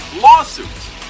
lawsuits